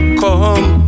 come